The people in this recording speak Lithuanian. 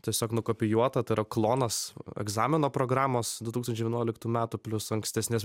tiesiog nukopijuota tai yra klonas egzamino programos du tūkstančiai vienuoliktų metų plius ankstesnės